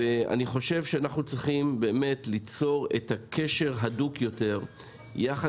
ואני חושב שאנחנו צריכים ליצור קשר הדוק יותר עם